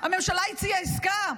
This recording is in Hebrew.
הממשלה הציעה עסקה,